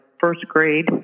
first-grade